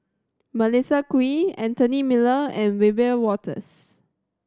Melissa Kwee Anthony Miller and Wiebe Wolters